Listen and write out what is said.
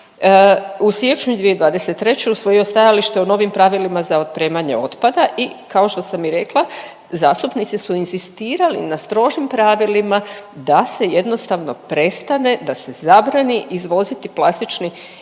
U siječnju 2023. usvojio stajalište o novim pravilima za otpremanje otpada i kao što sam i rekla, zastupnici su inzistirali na strožim pravilima da se jednostavno prestane, da se zabrani izvoziti plastični